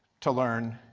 to learn